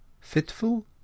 fitful